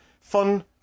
fun